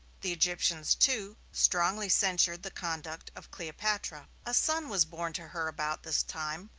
the egyptians, too, strongly censured the conduct of cleopatra. a son was born to her about this time,